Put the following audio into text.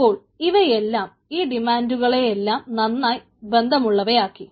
അപ്പോൾ ഇവ എല്ലാം ഈ ഡിമാന്റുകളെയെല്ലാം നന്നായി ബന്ധമുള്ളവയാക്കി